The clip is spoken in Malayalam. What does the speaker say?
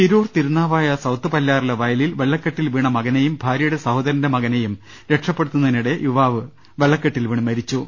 തിരൂർ തിരുനാവായ സൌത്ത് പല്ലാറിലെ വയലിൽ വെള്ളക്കെട്ടിൽ വീണ മകനെയും ഭാര്യയുടെ സഹോദരന്റെ മകനെയും രക്ഷപ്പെടുത്തുന്നതിനിടെ യുവാവ് വെള്ളക്കെട്ടിൽ വീണ് മരിച്ചു